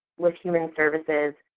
like human services,